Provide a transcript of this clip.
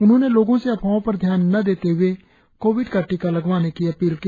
उन्होंने लोगों से अफवाहों पर ध्यान न देते हए कोविड का टीका जल्द लगवाने की अपील की